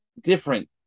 different